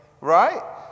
right